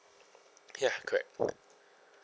ya correct